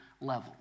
level